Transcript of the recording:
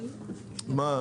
מה?